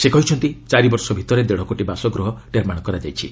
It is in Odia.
ସେ କହିଛନ୍ତି ଚାରି ବର୍ଷ ଭିତରେ ଦେଢ଼ କୋଟି ବାସଗୃହ ନିର୍ମାଣ କରାଯାଇଛି